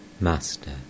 Master